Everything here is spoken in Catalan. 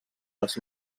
els